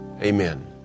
Amen